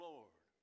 Lord